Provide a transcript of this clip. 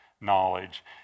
knowledge